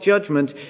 judgment